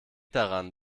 daran